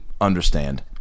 understand